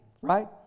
Right